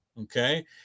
Okay